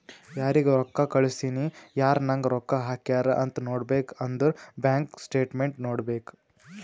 ಯಾರಿಗ್ ರೊಕ್ಕಾ ಕಳ್ಸಿನಿ, ಯಾರ್ ನಂಗ್ ರೊಕ್ಕಾ ಹಾಕ್ಯಾರ್ ಅಂತ್ ನೋಡ್ಬೇಕ್ ಅಂದುರ್ ಬ್ಯಾಂಕ್ ಸ್ಟೇಟ್ಮೆಂಟ್ ನೋಡ್ಬೇಕ್